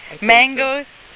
Mangoes